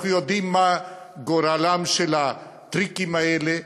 אנחנו יודעים מה גורלם של הטריקים האלה,